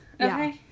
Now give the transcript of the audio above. Okay